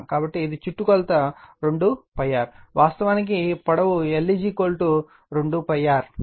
కాబట్టి ఇది చుట్టుకొలత 2 π r వాస్తవానికి పొడవు l 2 π r